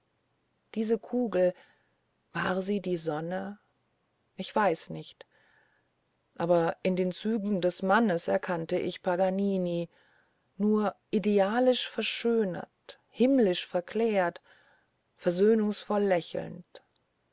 diese kugel war sie die sonne ich weiß nicht aber in den zügen des mannes erkannte ich paganini nur idealisch verschönert himmlisch verklärt versöhnungsvoll lächelnd